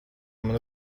man